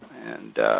and